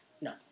No